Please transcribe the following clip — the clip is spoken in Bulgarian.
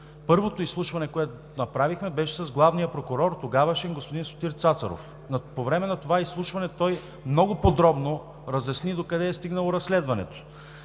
Първото изслушване, което направихме, беше с тогавашния главен прокурор господин Сотир Цацаров. По време на това изслушване той много подробно разясни докъде е стигнало разследването.